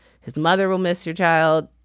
his mother will miss your child.